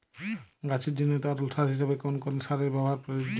গাছের জন্য তরল সার হিসেবে কোন কোন সারের ব্যাবহার প্রযোজ্য?